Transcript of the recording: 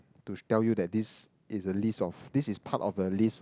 to tell you that this is a list of this is part of a list